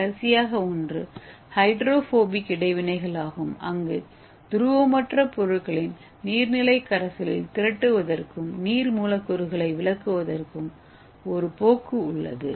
கடைசியாக ஒன்று ஹைட்ரோபோபிக் இடைவினைகள் ஆகும் அங்கு துருவமற்ற பொருட்களின் நீர்நிலைக் கரைசலில் திரட்டுவதற்கும் நீர் மூலக்கூறுகளை விலக்குவதற்கும் ஒரு போக்கு உள்ளது